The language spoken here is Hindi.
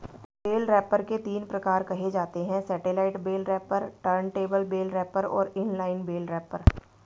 बेल रैपर के तीन प्रकार कहे जाते हैं satellite bale wrapper, turntable bale wrapper और इन लाइन बेल रैपर